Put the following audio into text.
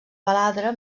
baladre